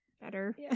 better